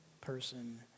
person